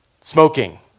smoking